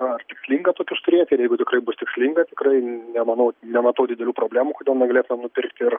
ar tikslinga tokius turėti ir jeigu tikrai bus tikslinga tikrai nemanau nematau didelių problemų kodėl negalėtumėm nupirkti ir